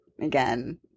again